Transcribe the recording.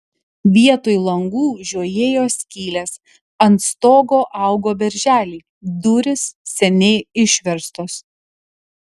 vietoj langų žiojėjo skylės ant stogo augo berželiai durys seniai išverstos